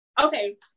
okay